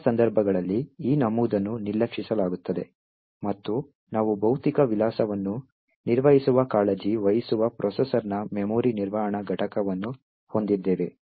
ಹೆಚ್ಚಿನ ಸಂದರ್ಭಗಳಲ್ಲಿ ಈ ನಮೂದನ್ನು ನಿರ್ಲಕ್ಷಿಸಲಾಗುತ್ತದೆ ಮತ್ತು ನಾವು ಭೌತಿಕ ವಿಳಾಸವನ್ನು ನಿರ್ವಹಿಸುವ ಕಾಳಜಿ ವಹಿಸುವ ಪ್ರೊಸೆಸರ್ನ ಮೆಮೊರಿನಿರ್ವಹಣಾ ಘಟಕವನ್ನು ಹೊಂದಿದ್ದೇವೆ